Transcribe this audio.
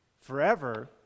Forever